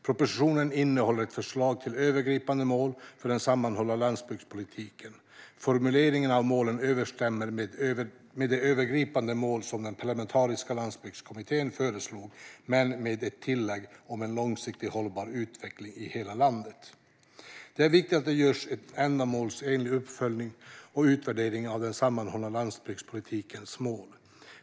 Propositionen innehåller ett förslag till övergripande mål för den sammanhållna landsbygdspolitiken. Formuleringen av målen överensstämmer med det övergripande mål som Parlamentariska landsbygdskommittén föreslog men med ett tillägg om en långsiktigt hållbar utveckling i hela landet. Det är viktigt att det görs en ändamålsenlig uppföljning och utvärdering av den sammanhållna landsbygdspolitikens mål.